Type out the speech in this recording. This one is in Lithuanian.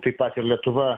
taip pat ir lietuva